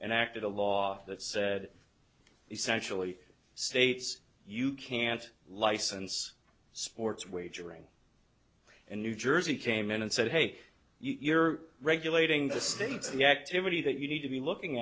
and acted a law that said essentially states you can't license sports wagering and new jersey came in and said hey you're regulating the states the activity that you need to be looking